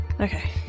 okay